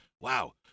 Wow